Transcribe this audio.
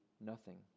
nothing